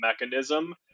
mechanism